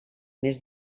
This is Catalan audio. més